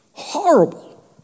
horrible